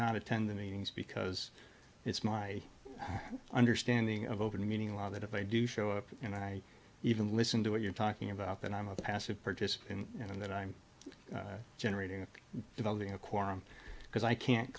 not attend the meetings because it's my understanding of open meeting law that if i do show up and i even listen to what you're talking about that i'm a passive participant in that i'm generating and developing a quorum because i can't